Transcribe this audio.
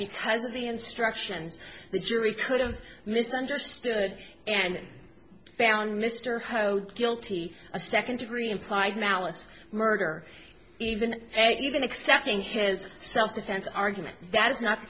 because of the instructions the jury could have misunderstood and found mr hoed guilty of second degree implied malice murder even even accepting his self defense argument that is not the